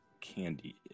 candy